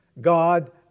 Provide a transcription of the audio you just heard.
God